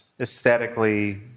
aesthetically